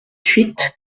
huit